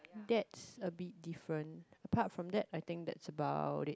that's a bit different apart from that I think that's about it